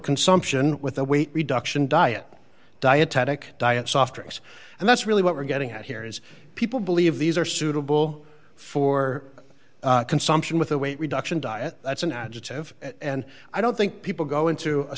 consumption with the weight reduction diet dietetic diet soft drinks and that's really what we're getting at here is people believe these are suitable for consumption with a weight reduction diet that's an additive and i don't think people go into a